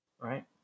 right